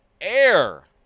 Air